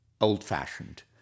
old-fashioned